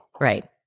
Right